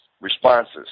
responses